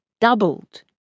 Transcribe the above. doubled